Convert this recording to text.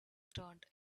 turned